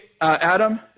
Adam